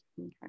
Okay